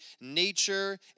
nature